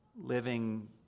living